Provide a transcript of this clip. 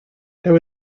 there